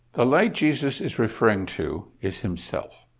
the light jesus is referring to is himself.